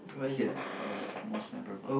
here uh most memorable